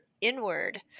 inward